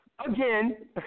Again